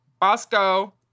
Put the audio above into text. Bosco